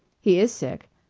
he is sick.